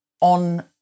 on